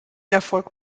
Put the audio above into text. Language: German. erfolg